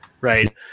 right